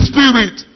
Spirit